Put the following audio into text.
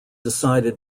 decided